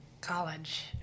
college